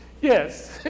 yes